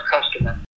customer